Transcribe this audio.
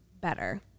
better